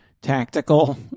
tactical